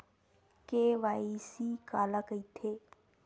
KYC काला कइथे?